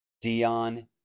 Dion